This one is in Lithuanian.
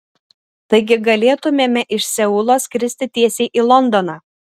taigi galėtumėme iš seulo skristi tiesiai į londoną